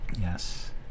Yes